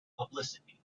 publicity